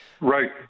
Right